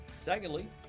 Secondly